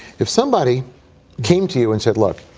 if somebody came to you and said, look,